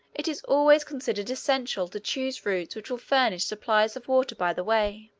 it is always considered essential to choose routes which will furnish supplies of water by the way.